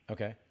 Okay